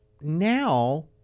now